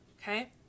Okay